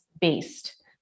based